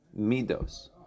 midos